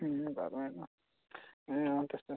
अँ घरमा आएको ए अँ त्यस्तै छ